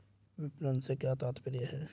विपणन से क्या तात्पर्य है?